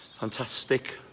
fantastic